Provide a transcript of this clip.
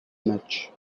matches